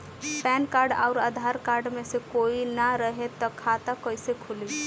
Pan card आउर Aadhaar card मे से कोई ना रहे त खाता कैसे खुली?